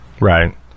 right